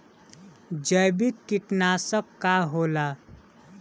जैविक कीटनाशक का होला?